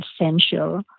essential